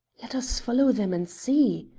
let us follow them and see,